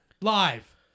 live